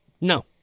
No